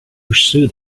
pursue